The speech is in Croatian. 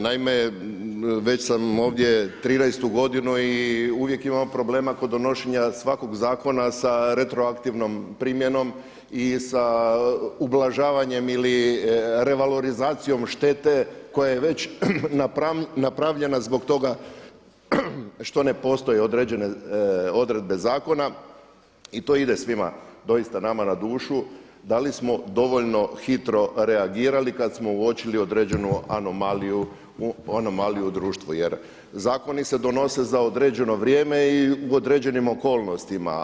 Naime, već sam ovdje trinaestu godinu i uvijek imamo problema kod donošenja svakog zakona sa retroaktivnom primjenom i sa ublažavanjem ili revalorizacijom štete koja je već napravljena zbog toga što ne postoje određene odredbe zakona i to ide svima nama doista na dušu, da li smo dovoljno hitro reagirali kada smo uočili određenu anomaliju u društvu jer zakoni se donose za određeno vrijeme i u određenim okolnostima.